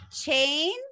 chain